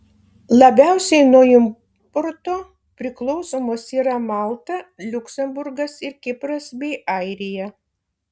labiausiai nuo importo priklausomos yra malta liuksemburgas ir kipras bei airija